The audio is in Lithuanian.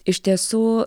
iš tiesų